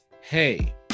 hey